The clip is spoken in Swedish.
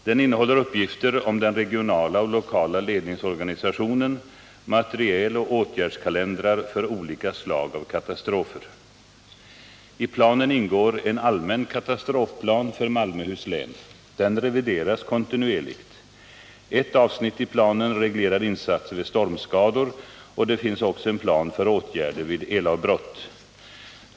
Denna innehåller uppgifter om den regionala och lokala ledningsorganisationen, materiel och åtgärdskalendrar för olika slag av katastrofer. I planen ingår en allmän katastrofplan för Malmöhus län. Den revideras kontinuerligt. Ett avsnitt i planen reglerar insatser vid stormskador, och det finns också en plan för åtgärder vid elavbrott.